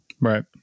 Right